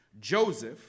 Joseph